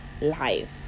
life